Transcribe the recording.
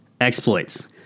exploits